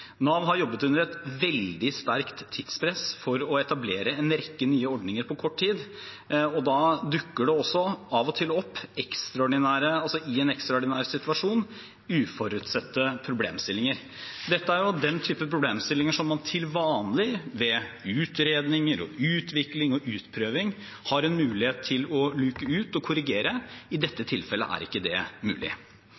Nav har jobbet under et veldig sterkt tidspress for å etablere en rekke nye ordninger på kort tid, og i en ekstraordinær situasjon dukker det av og til opp uforutsette problemstillinger. Dette er jo den typen problemstillinger som man til vanlig – ved utredninger og utvikling og utprøving – har en mulighet til å luke ut og korrigere. I dette